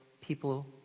people